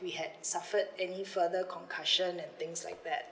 we had suffered any further concussion and things like that